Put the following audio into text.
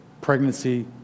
pregnancy